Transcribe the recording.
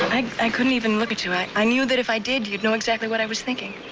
i couldn't even look at you. i i knew that if i did you'd know exactly what i was thinking.